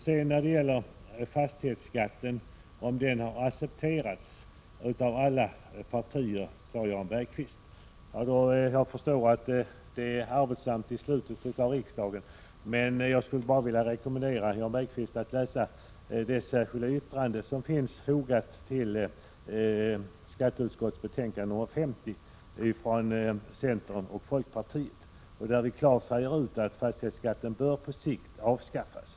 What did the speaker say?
Jan Bergqvist sade att fastighetsskatten har accepterats av alla partier. Jag vet att det är arbetsamt i slutet av riksmötet, men jag skulle vilja rekommendera Jan Bergqvist att läsa det särskilda yttrande från centern och folkpartiet som finns fogat till skatteutskottets betänkande nr 50. Där uttalar vi klart att fastighetsskatten på sikt bör avskaffas.